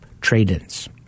trade-ins